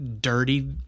dirty